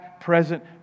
present